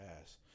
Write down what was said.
ass